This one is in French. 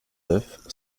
neuf